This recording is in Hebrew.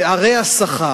פערי השכר.